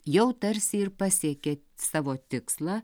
jau tarsi ir pasiekė savo tikslą